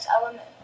element